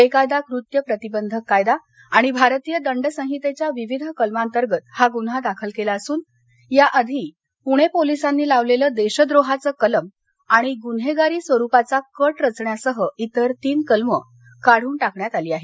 बेकायदा कृत्य प्रतिबंधक कायदा आणि भारतीय दंड संहितेच्या विविध कलमातर्गत हा गुन्हा दाखल केला असून याआधी पूणे पोलिसांनी लावलेलं देशद्रोहाचं कलम आणि गृन्हेगारी स्वरूपाचा कट रचण्यासह इतर तीन कलमं काढून टाकण्यात आली आहेत